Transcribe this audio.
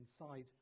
inside